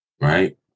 right